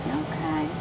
okay